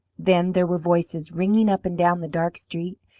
then there were voices ringing up and down the dark street,